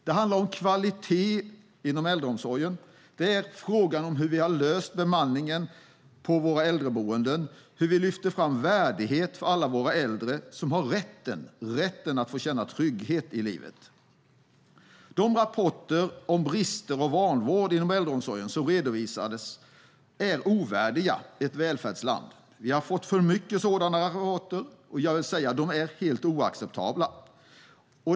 Det handlar om kvalitet inom äldreomsorgen. Det är frågan om hur vi har löst bemanningen på våra äldreboenden och hur vi lyfter fram värdighet för alla våra äldre som har rätt att känna trygghet i livet. De rapporter om brister och vanvård inom äldrevården som redovisats är ovärdiga ett välfärdsland. Vi har fått för många sådana rapporter, och jag vill säga att de är helt oacceptabla.